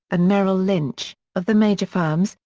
and merrill lynch, of the major firms,